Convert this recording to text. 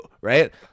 right